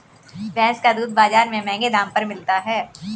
भैंस का दूध बाजार में महँगे दाम पर मिलता है